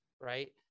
right